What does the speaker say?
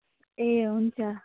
ए हुन्छ